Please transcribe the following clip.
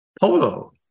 polo